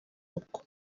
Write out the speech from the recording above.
uko